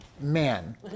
man